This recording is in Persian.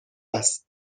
است